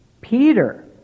Peter